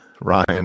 Ryan